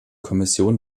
kommission